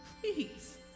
please